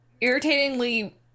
irritatingly